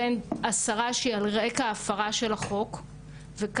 וכאן הדברים נבחנים על ידי הצוות שזה תפקידו,